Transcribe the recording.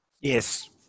Yes